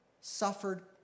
suffered